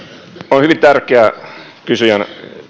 kysyjän